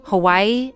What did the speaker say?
Hawaii